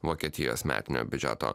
vokietijos metinio biudžeto